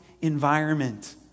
environment